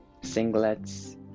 singlets